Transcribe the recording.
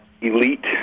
elite